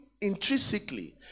intrinsically